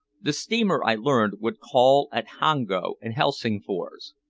the steamer, i learned, would call at hango and helsingfors.